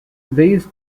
these